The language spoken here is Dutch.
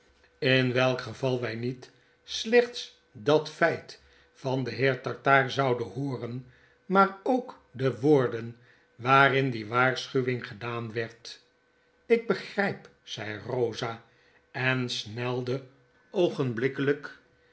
in welk geval wy niet slechts dat feit van den heer tartaar zouden hooren maar ook de woorden waarin die waarschuwing gedaanwerd ik begrijp zei rosa en snelde